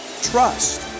trust